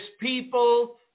people